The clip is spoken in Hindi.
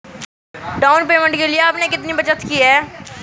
डाउन पेमेंट के लिए आपने कितनी बचत की है?